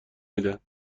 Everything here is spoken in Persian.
میدن